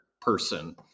person